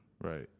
Right